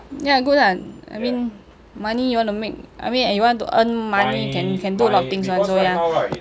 ya good lah I mean money you wanna make I mean you want to earn money can can do a lot of things [one] so ya